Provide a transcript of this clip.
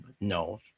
No